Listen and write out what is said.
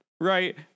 right